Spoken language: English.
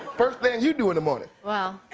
first thing you do in the morning? well,